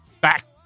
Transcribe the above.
back